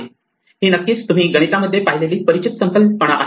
ही नक्कीच तुम्ही गणितामध्ये पाहिलेली परिचित संकल्पना आहे